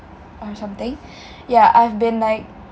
or something yah I've been like